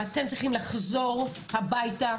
אתם צריכים לחזור הביתה,